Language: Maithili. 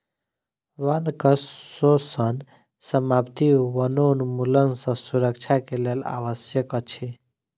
वनक शोषण समाप्ति वनोन्मूलन सँ सुरक्षा के लेल आवश्यक अछि